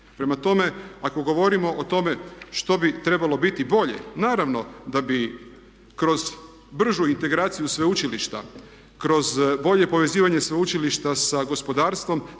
Prema tome, ako govorimo o tome što bi trebalo biti bolje naravno da bi kroz bržu integraciju sveučilišta, kroz bolje povezivanje sveučilišta sa gospodarstvom